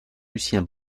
lucien